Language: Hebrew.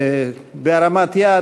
בהרמת יד.